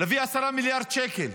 להביא 10 מיליארד שקל.